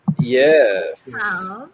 Yes